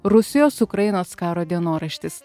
rusijos ukrainos karo dienoraštis